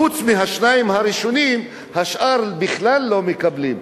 חוץ מהשניים הראשונים, השאר בכלל לא מקבלים.